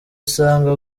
usanga